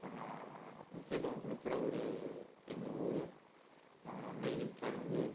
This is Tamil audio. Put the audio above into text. முக்கியத்துவம் கொடுக்கற ஒரு எங்கள் ஊர் நெல் கரும்பு